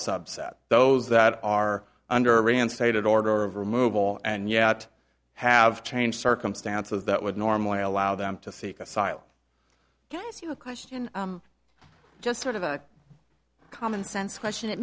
subset those that are under a reinstated order of removal and yet have changed circumstances that would normally allow them to seek asylum can i ask you a question just sort of a common sense question it